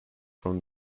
from